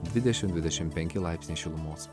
dvidešim dvidešim penki laipsniai šilumos